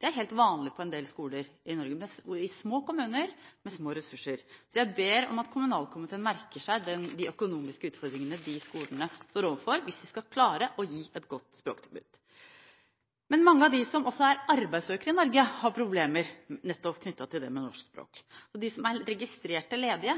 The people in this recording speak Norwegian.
Det er helt vanlig på en del skoler i Norge i små kommuner med små ressurser. Jeg ber om at kommunalkomiteen merker seg de økonomiske utfordringene de skolene står overfor hvis de skal klare å gi et godt språktilbud. Mange av dem som er arbeidssøkere i Norge, har også problemer knyttet nettopp til norsk språk. De som er registrerte ledige,